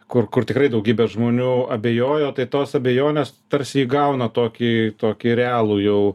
kur kur tikrai daugybė žmonių abejojo tai tos abejonės tarsi įgauna tokį tokį realų jau